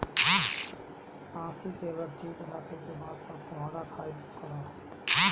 आंखी के अगर ठीक राखे के बा तअ कोहड़ा खाइल करअ